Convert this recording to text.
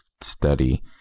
study